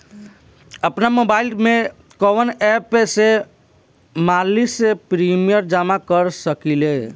आपनमोबाइल में कवन एप से मासिक प्रिमियम जमा कर सकिले?